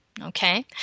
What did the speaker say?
okay